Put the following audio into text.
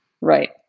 Right